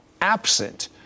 absent